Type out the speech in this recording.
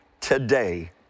today